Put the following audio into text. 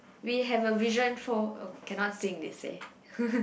we have a vision for oh cannot sing they say